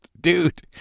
Dude